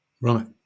Right